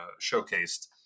showcased